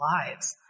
lives